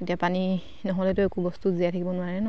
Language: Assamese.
এতিয়া পানী নহ'লেতো একো বস্তু জীয়াই থাকিব নোৱাৰে ন